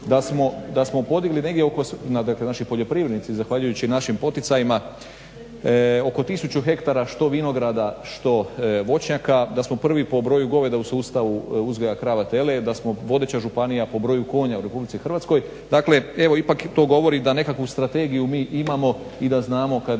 da smo podigli negdje oko, dakle naši poljoprivrednici zahvaljujući našim poticajima oko tisuću hektara što vinograda, što voćnjaka, da smo prvi po broju goveda u sustavu uzgoja krava, tele, da smo vodeća županija po broju konja u Republici Hrvatskoj. Dakle evo ipak to govori da nekakvu strategiju mi imamo i da znamo kad